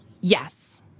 Yes